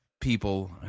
people